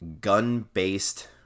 gun-based